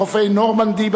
בחופי נורמנדי,